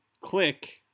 click